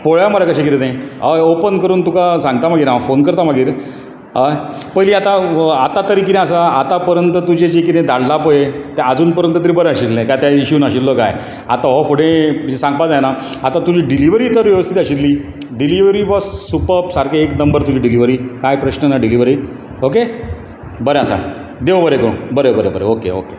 पळोवया मरे कशे कितें तें हय ऑपन करून तुका सांगता मागीर हांव फोन करतां मागीर हय पयलीं आतां आतां तरी कितें आसा आतां पऱ्यंत तुजें जें कितें धाडलां पळय तें आजून पर्यांत तरी बरें आशिल्लें इशू नाशिल्लो कांय आतां हो फुडें सांगपाक जायना तुजी डिलिवरी तर वेवस्थीत आशिल्ली डिलिवरी वोस सुपर्ब सारकी एक नंबर तुजी डिलिवरी कांय प्रस्न ना डिलिवरीक ओके देव बरें करूं बरें आसा बरें बरें बरें